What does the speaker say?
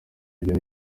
ibyo